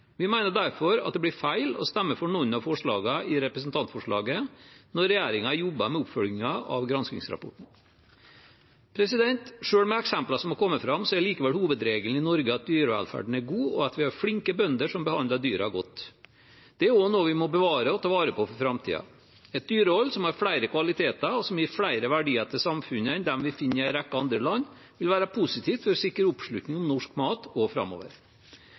Vi mener derfor at det blir feil å stemme for noen av forslagene i representantforslaget når regjeringen jobber med oppfølgingen av granskingsrapporten. Selv med eksemplene som har kommet fram, er hovedregelen i Norge at dyrevelferden er god, og at vi har flinke bønder som behandler dyrene godt. Dette er også noe vi må bevare og ta vare på for framtiden. Et dyrehold som har flere kvaliteter, og som gir flere verdier til samfunnet enn det vi finner i en rekke andre land, vil være positivt for å sikre oppslutning om norsk mat også framover.